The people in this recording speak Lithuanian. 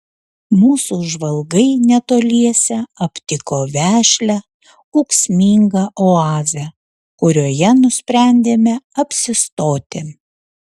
mūsų žvalgai netoliese aptiko vešlią ūksmingą oazę kurioje nusprendėme apsistoti